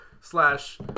slash